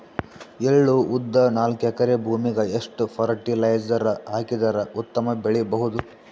ಎಳ್ಳು, ಉದ್ದ ನಾಲ್ಕಎಕರೆ ಭೂಮಿಗ ಎಷ್ಟ ಫರಟಿಲೈಜರ ಹಾಕಿದರ ಉತ್ತಮ ಬೆಳಿ ಬಹುದು?